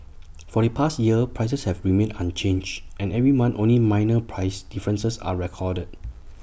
for the past year prices have remained unchanged and every month only minor price differences are recorded